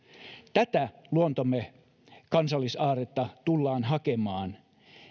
tätä luontomme kansallisaarretta tullaan hakemaan